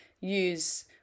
use